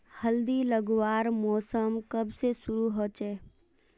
हल्दी लगवार मौसम कब से शुरू होचए?